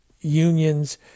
unions